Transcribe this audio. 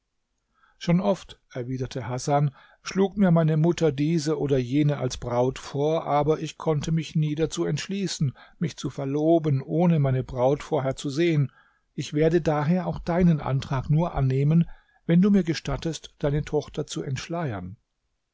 schon oft erwiderte hasan schlug mir meine mutter diese und jene als braut vor aber ich konnte mich nie dazu entschließen mich zu verloben ohne meine braut vorher zu sehen ich werde daher auch deinen antrag nur annehmen wenn du mir gestattest deine tochter zu entschleiern